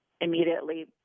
immediately